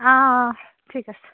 অঁ অঁ অঁ ঠিক আছে